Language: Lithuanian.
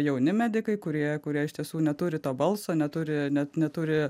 jauni medikai kurie kurie iš tiesų neturi to balso neturi net neturi